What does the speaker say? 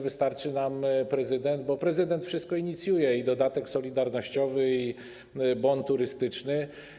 Wystarczy nam prezydent, bo prezydent wszystko inicjuje: i dodatek solidarnościowy, i bon turystyczny.